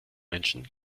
menschen